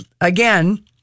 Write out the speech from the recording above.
again